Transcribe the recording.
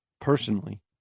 personally